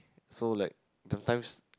so like sometimes